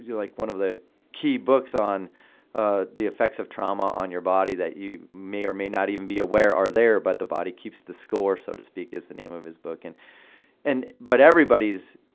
like one of the key books on ah the effects of trauma on your body that you may or may not even be aware are there, but the body keeps the score so to speak is the name of his book. and and but everybody's